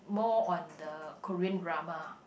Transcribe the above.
more on the Korean drama